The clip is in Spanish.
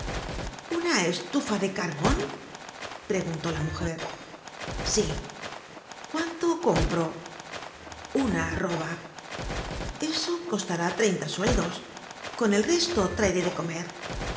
una estufa de carbon preguntó la mujer sí cuánto compro una arroba eso costará treinta sueldos con el resto traeré de comer